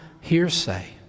hearsay